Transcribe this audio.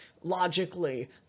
logically